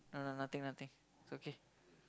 no lah nothing nothing it's okay